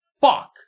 Fuck